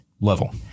level